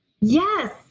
Yes